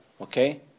Okay